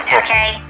okay